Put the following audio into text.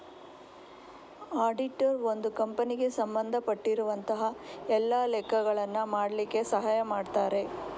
auditor ಒಂದು ಕಂಪನಿಗೆ ಸಂಬಂಧ ಪಟ್ಟಿರುವಂತಹ ಎಲ್ಲ ಲೆಕ್ಕಗಳನ್ನ ಮಾಡ್ಲಿಕ್ಕೆ ಸಹಾಯ ಮಾಡ್ತಾರೆ